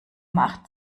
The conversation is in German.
macht